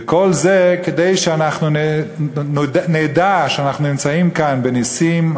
וכל זה כדי שאנחנו נדע שאנחנו נמצאים כאן בנסים,